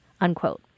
unquote